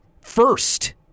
first